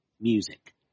music